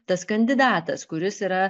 tas kandidatas kuris yra